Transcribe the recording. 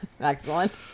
excellent